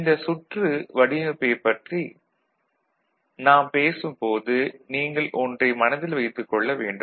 இந்த சுற்று வடிவமைப்பைப் பற்றி நாம் பேசும் போது நீங்கள் ஒன்றை மனதில் வைத்துக் கொள்ள வேண்டும்